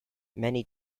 many